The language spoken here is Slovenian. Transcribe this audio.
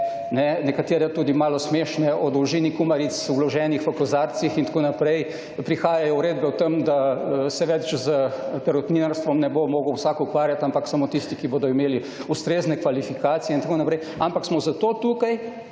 nekatere tudi malo smešne o dolžini kumaric vloženih v kozarcih in tako naprej, prihajajo uredbe o tem, da se več s perutninarstvom ne bo mogel vsak ukvarjati, ampak samo tisti, ki bodo imeli ustrezne kvalifikacije in tako naprej. Ampak smo zato tukaj,